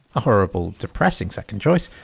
a horrible, depressing second choice.